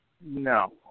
No